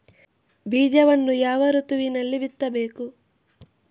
ಬೀಜವನ್ನು ಯಾವ ಋತುವಿನಲ್ಲಿ ಬಿತ್ತಬೇಕು?